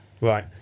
Right